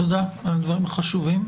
תודה על הדברים החשובים.